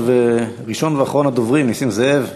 ראשון ואחרון הדוברים, חבר הכנסת נסים זאב.